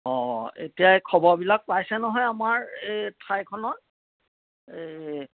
অঁ এতিয়া খবৰবিলাক পাইছে নহয় আমাৰ এই ঠাইখনৰ এই